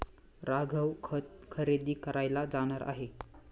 राघव खत खरेदी करायला जाणार आहे